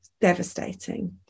devastating